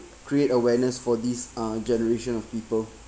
create awareness for these uh generation of people